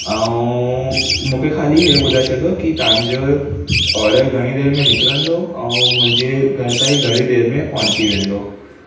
ऐं मुखे ख़ाली इहो ॿुधाए छॾो कि तव्हांजो ऑडर घणी देरि में निकिरंदो ऐं मुंहिंजे घर ताईं घणी देरि में पहुची वेंदो